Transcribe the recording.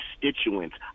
constituents